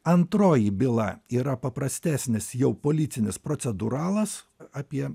antroji byla yra paprastesnis jau policinis procedūralas apie